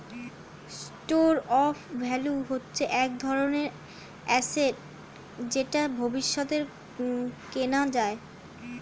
store of value হচ্ছে এক ধরনের অ্যাসেট যেটা ভবিষ্যতে কেনা যায়